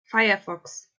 firefox